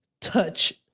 touch